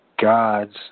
God's